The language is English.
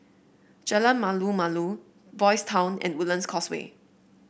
Jalan Malu Malu Boys' Town and Woodlands Causeway